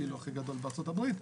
הכי גדול בארה"ב,